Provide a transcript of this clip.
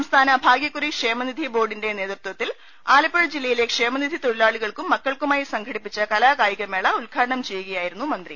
സംസ്ഥാന ഭാഗൃക്കുറി ക്ഷേമനിധി ബോർഡിന്റെ നേതൃത്വത്തിൽ ആലപ്പുഴ ജില്ലയിലെ ക്ഷേമനിധി തൊഴിലാളികൾക്കും മക്കൾക്കുമായി സംഘടിപ്പിച്ച കലാകായിക മേള ഉദ്ഘാടനം ചെയ്യുക യായിരുന്നു മന്ത്രി